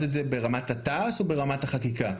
את זה ברמת התע"ס או ברמת החקיקה?